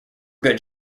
good